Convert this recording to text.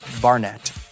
Barnett